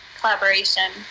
collaboration